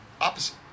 opposite